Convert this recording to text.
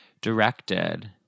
directed